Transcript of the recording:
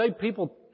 people